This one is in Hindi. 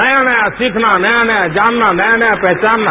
नया नया सीखना नया नया जानना नया नया पहचानना